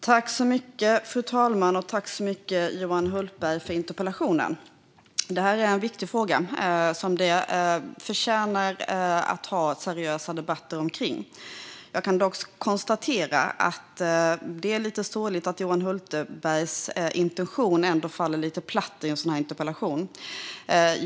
Fru talman! Tack, Johan Hultberg, för interpellationen! Det här är en viktig fråga som förtjänar att vi har seriösa debatter om. Det är dock lite sorgligt att Johan Hultbergs intention faller lite platt.